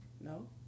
No